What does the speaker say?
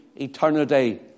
eternity